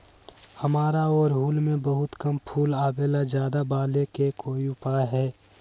हमारा ओरहुल में बहुत कम फूल आवेला ज्यादा वाले के कोइ उपाय हैं?